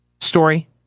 story